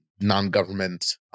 non-government